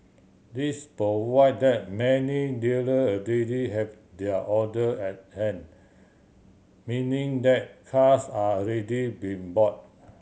this prove that many dealer already have their order at hand meaning that cars are already been bought